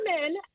women